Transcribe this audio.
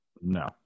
No